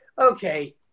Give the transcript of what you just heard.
okay